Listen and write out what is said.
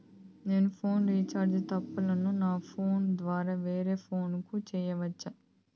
నేను phone recharge తప్పులను నా ఫోను ద్వారా వేరే ఫోను కు సేయొచ్చా?